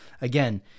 again